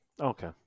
Okay